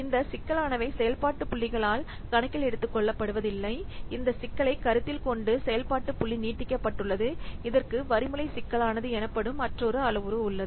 இந்த சிக்கலானவை செயல்பாட்டு புள்ளிகளால் கணக்கில் எடுத்துக்கொள்ளப்படுவதில்லை இந்த சிக்கலைக் கருத்தில் கொண்டு செயல்பாட்டு புள்ளி நீட்டிக்கப்பட்டுள்ளது இதற்கு வழிமுறை சிக்கலானது எனப்படும் மற்றொரு அளவுரு உள்ளது